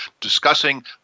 discussing